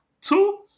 Two